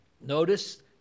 notice